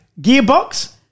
Gearbox